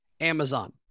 Amazon